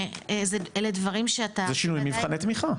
אלה דברים שאתה עדיין --- זה שינוי מבחני תמיכה.